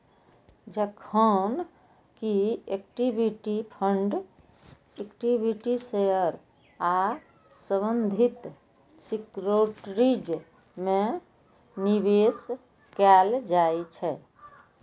जखन कि equity fund equity share आ संबंधित सिक्योरिटीज मे निवेश कैल जाइ छै